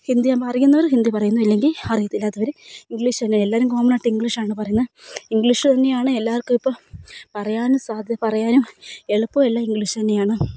ഹിന്ദി ആവുമ്പോൾ അറിയുന്നവർ ഹിന്ദി പറയുന്നു ഇല്ലെങ്കിൽ അറിയത്തില്ലാത്തവർ ഇംഗ്ലീഷ് തന്നെ എല്ലാവരും കോമണായിട്ട് ഇംഗ്ലീഷാണ് പറയുന്നത് ഇംഗ്ലീഷ് തന്നെയാണ് എല്ലാവർക്കും ഇപ്പം പറയാനും സാധ്യത പറയാനും എളുപ്പമെല്ലാം ഇംഗ്ലീഷ് തന്നെയാണ്